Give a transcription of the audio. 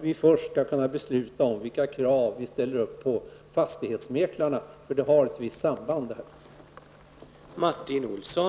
Vi skall först kunna besluta om vilka krav vi ställer på fastighetsmäklarna, eftersom det har ett visst samband med det här.